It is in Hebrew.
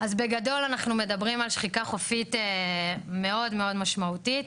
אז בגדול אנחנו מדברים על שחיקה חופית מאוד מאוד משמעותית.